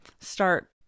start